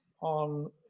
on